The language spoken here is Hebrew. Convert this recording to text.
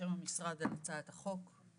בשם המשרד על הצעת החוק.